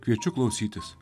kviečiu klausytis